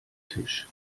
tisch